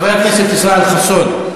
חבר הכנסת ישראל חסון.